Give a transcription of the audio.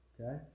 Okay